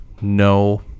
no